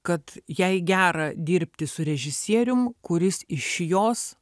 kad jai gera dirbti su režisierium kuris iš jos